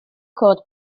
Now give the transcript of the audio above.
cod